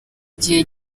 igihe